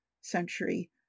century